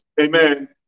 Amen